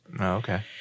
Okay